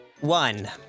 One